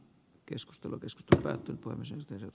keskustelu riskit räty on syntynyt